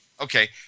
Okay